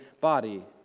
body